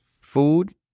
food